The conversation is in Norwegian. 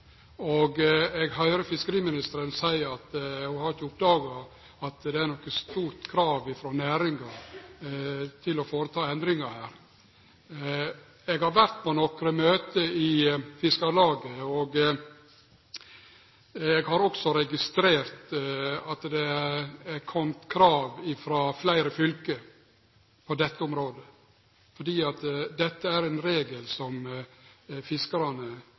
skje. Eg høyrer fiskeriministeren seie at ho ikkje har oppdaga at det er noko stort krav frå næringa om endringar her. Eg har vore på nokre møte i Fiskarlaget, og eg har også registrert at det har kome krav frå fleire fylke på dette området. Dette er ein regel som fiskarane